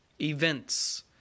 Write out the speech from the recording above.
events